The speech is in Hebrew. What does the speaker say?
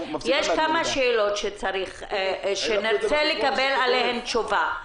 יש כמה שאלות שנרצה לקבל עליהן תשובה.